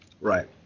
Right